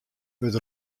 wurdt